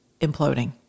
imploding